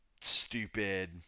stupid